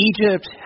Egypt